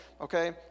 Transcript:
Okay